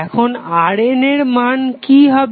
এখন RN এর মান কি হবে